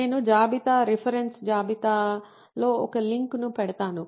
నేను జాబితా రిఫరెన్స్ జాబితాలో ఒక లింక్ను పెడతాను